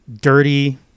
dirty